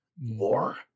more